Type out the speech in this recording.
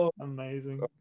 amazing